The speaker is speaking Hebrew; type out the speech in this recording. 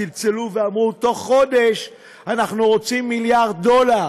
צלצלו ואמרו: בתוך חודש אנחנו רוצים מיליארד דולר,